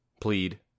plead